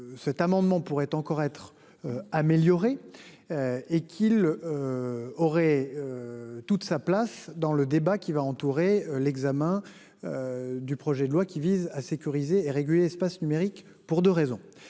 Cet amendement pourrait encore être. Améliorée. Et qu'il. Aurait. Toute sa place dans le débat qui va entourer l'examen. Du projet de loi qui vise à sécuriser et réguler l'espace numérique pour 2 raisons,